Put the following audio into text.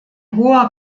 hoher